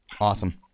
awesome